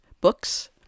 books